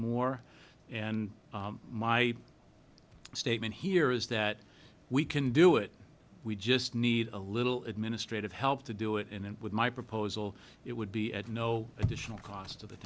more and my statement here is that we can do it we just need a little administrative help to do it in and with my proposal it would be at no additional cost of the